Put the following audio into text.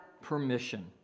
permission